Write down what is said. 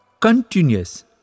continuous